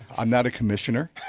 i'm not a commissioner